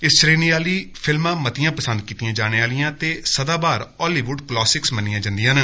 इस श्रेणी आहली फील्मा मतीयां पंसद कीत्तियां जाने आहलियां ते सदाबहार हालीब्ड कलासिक मनियां जंदियां न